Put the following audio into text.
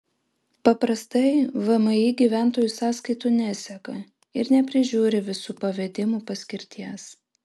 paprastai vmi gyventojų sąskaitų neseka ir neprižiūri visų pavedimų paskirties